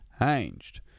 changed